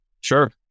Sure